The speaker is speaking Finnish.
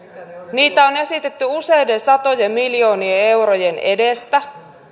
niitä on esitetty useiden satojen miljoonien eurojen edestä